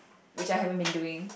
which I haven't been doing